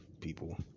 people